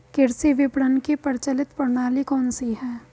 कृषि विपणन की प्रचलित प्रणाली कौन सी है?